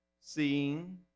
seeing